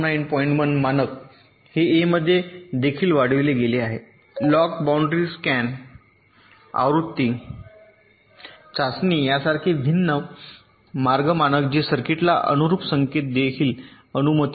1 मानक हे ए मध्ये देखील वाढविले गेले आहेलॉग बाउंड्री स्कॅन आवृत्ती चाचणी यासारखे भिन्न मार्ग मानक जे सर्किटला अनुरूप संकेत देखील अनुमती देते